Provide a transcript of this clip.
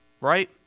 Right